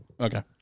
Okay